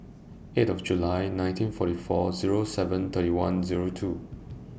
eight of July nineteen forty four Zero seven thirty one Zero two